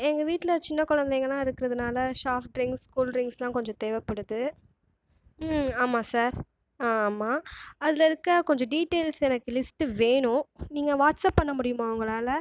எங்கள் வீட்டில் சின்ன குழந்தைகள்லாம் இருக்கிறதுனால் சாஃப்ட் ட்ரிங்க்ஸ் கூல் ட்ரிங்க்ஸ்லா கொஞ்சம் தேவைப்படுது ஆமாம் சார் ஆமாம் அதில் இருக்க கொஞ்சம் டீடைல்ஸ் எனக்கு லிஸ்ட் வேணும் நீங்கள் வாட்ஸ்அப் பண்ண முடியுமா உங்களால்